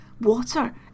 water